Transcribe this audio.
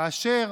כאשר